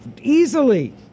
easily